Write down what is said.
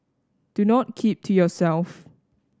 do not keep to yourself